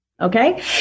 okay